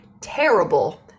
terrible